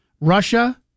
Russia